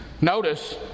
Notice